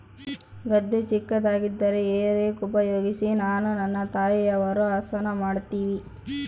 ಗದ್ದೆ ಚಿಕ್ಕದಾಗಿದ್ದರೆ hay rake ಉಪಯೋಗಿಸಿ ನಾನು ನನ್ನ ತಾಯಿಯವರು ಹಸನ ಮಾಡುತ್ತಿವಿ